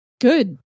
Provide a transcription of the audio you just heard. Good